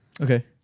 Okay